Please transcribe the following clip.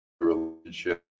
relationship